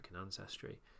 ancestry